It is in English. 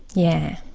yeah,